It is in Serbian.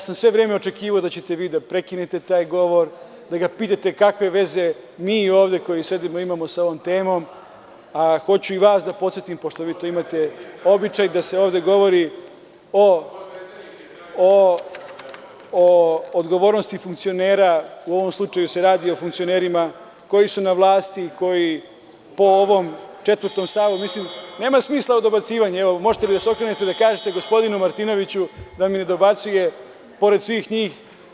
Sve vreme sam očekivao da ćete vi da prekinete taj govor, da ga pitate kakve veze mi odve što sedimo imamo sa ovom temom, a hoću i vas da podsetim, pošto vi imate običaj da se ovde govori o odgovornosti funkcionera, u ovom slučaju se radi o funkcionerima koji su na vlasti, koji po ovom četvrtom stavu… (Aleksandar Martinović, s mesta: Potpredsednik ti je funkcioner.) Nema smisla dobacivanje, možete da se okrenete da kažete gospodinu Martinoviću da mi ne dobacuje pored svih njih.